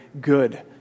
good